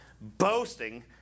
boasting